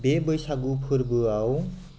बे बैसागु फोरबोआव